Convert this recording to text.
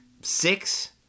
six